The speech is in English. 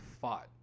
fought